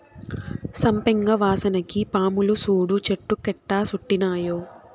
సంపెంగ వాసనకి పాములు సూడు చెట్టు కెట్టా సుట్టినాయో